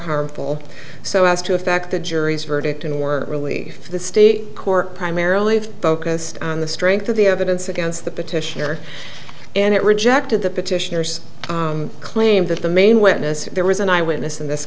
harmful so as to affect the jury's verdict and were really for the state court primarily focused on the strength of the evidence against the petitioner and it rejected the petitioners claim that the main witness there was an eye witness in this